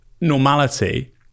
normality